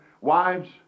wives